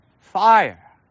fire